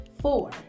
Four